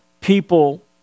people